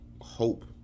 hope